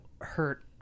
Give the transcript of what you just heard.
Hurt